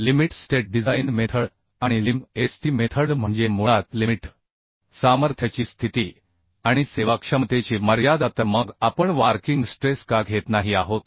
limit state design method आणि limit state method म्हणजे मुळात लिमिट सामर्थ्याची स्थिती आणि सेवाक्षमतेची मर्यादा तर मग आपण वर्किंग स्ट्रेस का घेत नाही आहोत